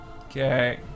Okay